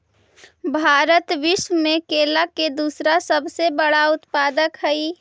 भारत विश्व में केला के दूसरा सबसे बड़ा उत्पादक हई